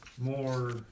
more